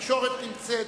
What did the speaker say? התקשורת נמצאת,